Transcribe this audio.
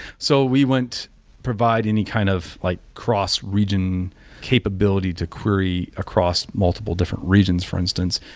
so we won't provide any kind of like cross-region capability to query across multiple different regions for instance.